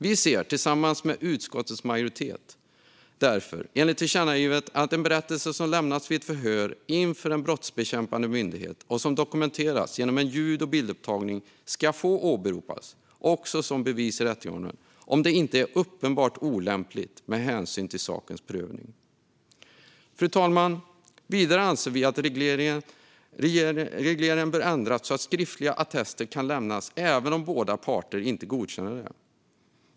Vi anser därför, tillsammans med utskottets majoritet, enligt tillkännagivandet att en berättelse som lämnats vid ett förhör inför en brottsbekämpande myndighet och som dokumenterats genom en ljud och bildupptagning ska få åberopas som bevis i rättegången om det inte är uppenbart olämpligt med hänsyn till sakens prövning. Fru talman! Vidare anser vi att regleringen bör ändras så att skriftliga attester kan lämnas även om båda parter inte godkänner det.